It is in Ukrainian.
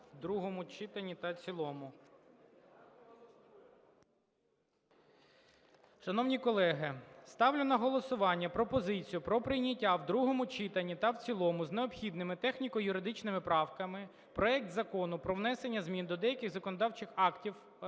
другому читанні та цілому. Шановні колеги, ставлю на голосування пропозицію про прийняття в другому читанні та в цілому з необхідними техніко-юридичними правками проекту Закону про внесення змін до деяких законодавчих актів України